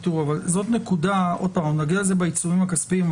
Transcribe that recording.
נגיע לזה בעיצומים הכספיים,